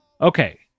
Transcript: okay